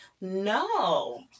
no